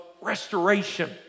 restoration